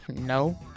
No